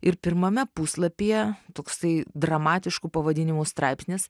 ir pirmame puslapyje toksai dramatišku pavadinimu straipsnis